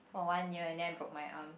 for one year and then I broke my arm